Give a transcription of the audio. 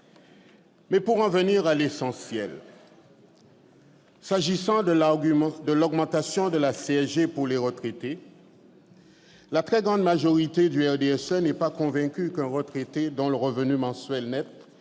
pour en venir à l'essentiel, s'agissant de l'augmentation de la CSG pour les retraités, la très grande majorité du RDSE n'est pas convaincue qu'un retraité dont le revenu mensuel net